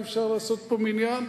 אי-אפשר לעשות פה מניין.